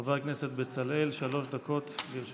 חבר הכנסת בצלאל, שלוש דקות לרשותך.